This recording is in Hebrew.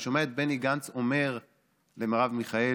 אני שומע את בני גנץ אומר למרב מיכאלי: